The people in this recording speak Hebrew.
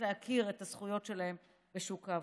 להכיר את הזכויות שלהם בשוק העבודה.